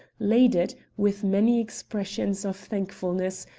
laid it, with many expressions of thankfulness,